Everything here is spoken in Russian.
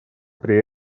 при